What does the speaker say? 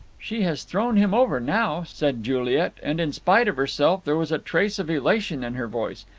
she has thrown him over now, said juliet, and in spite of herself there was a trace of elation in her voice.